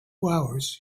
hours